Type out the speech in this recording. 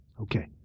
Okay